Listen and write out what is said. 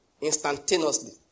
instantaneously